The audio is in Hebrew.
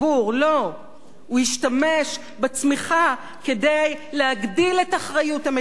הוא השתמש בצמיחה כדי להגדיל את אחריות המדינה כלפי אזרחיה.